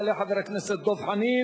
יעלה חבר הכנסת דב חנין,